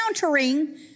countering